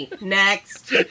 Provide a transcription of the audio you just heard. Next